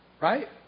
right